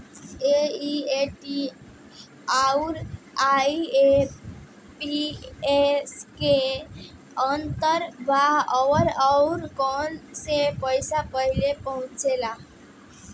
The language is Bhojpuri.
एन.ई.एफ.टी आउर आई.एम.पी.एस मे का अंतर बा और आउर कौना से पैसा पहिले पहुंचेला?